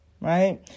right